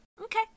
Okay